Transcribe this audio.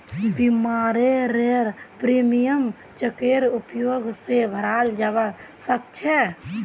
बीमारेर प्रीमियम चेकेर उपयोग स भराल जबा सक छे